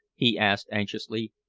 he asked anxiously.